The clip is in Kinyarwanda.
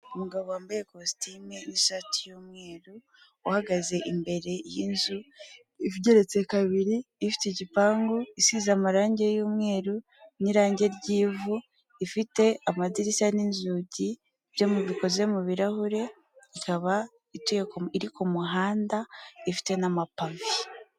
Umugabo wambaye ikositimu n'ishati y'umweru, uhagaze imbere y'inzu igeretse kabiri, ifite igipangu, isize amarangi y'umweru n'irangi ry'ivu, ifite amadirishya n'inzugi byombi bikoze mu birarahure, ikaba iri ku muhanda ifite n'amapave